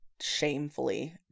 shamefully